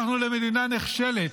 הפכנו למדינה נחשלת,